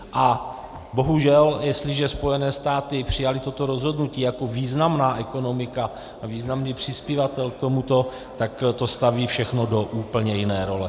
A bohužel jestliže Spojené státy přijaly toto rozhodnutí jako významná ekonomika a významný přispěvatel k tomuto, tak to staví všechno do úplně jiné role.